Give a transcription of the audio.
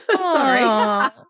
Sorry